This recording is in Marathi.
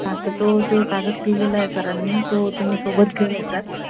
हा तर तो जो कागद दिलेला आहे सरांनी तो तुम्ही सोबत घेऊन यायचा आहे